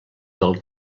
del